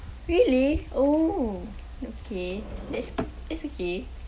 really oh okay that's it's okay